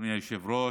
אדוני היושב-ראש,